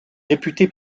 réputé